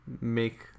make